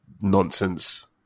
nonsense